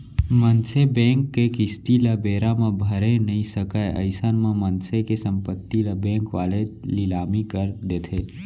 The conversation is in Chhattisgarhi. मनसे बेंक के किस्ती ल बेरा म भरे नइ सकय अइसन म मनसे के संपत्ति ल बेंक वाले लिलामी कर देथे